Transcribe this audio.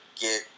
get